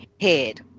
head